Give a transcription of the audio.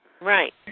Right